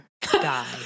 die